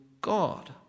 God